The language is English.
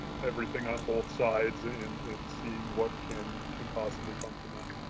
everything on both sides, and it's seeing what can can possibly come from that.